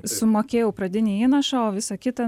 sumokėjau pradinį įnašą o visa kita